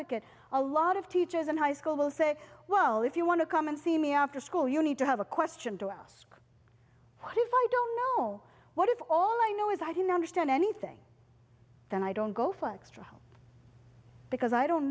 advocate a lot of teachers in high school will say well if you want to come and see me after school you need to have a question to ask what if i don't know what if all i know is i don't understand anything then i don't go for extra because i don't